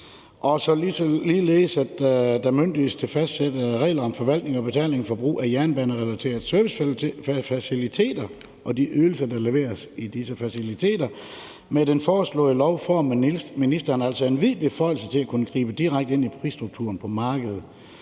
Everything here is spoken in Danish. bemyndiges ministeren til at fastsætte regler om forvaltning og betaling for brug af jernbanerelaterede servicefaciliteter og de ydelser, der leveres i disse faciliteter. Med det foreslåede lovforslag får ministeren altså en vid beføjelse til at kunne gribe direkte ind i prisstrukturen på markedet,